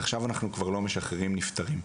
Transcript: עכשיו אנחנו כבר לא משחררים נפטרים.